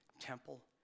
temple